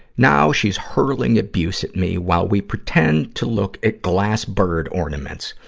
no, she's hurling abuse at me while we pretend to look at glass bird ornaments,